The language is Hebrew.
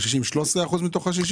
13% מתוך ה-60?